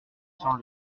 cents